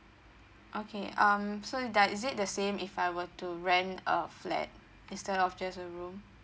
okay um so the is it the same if I were to rent a flat instead of just a room